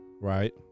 Right